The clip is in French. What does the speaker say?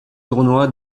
tournoi